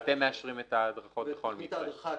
ואתם מאשרים את ההדרכות בכל מקרה.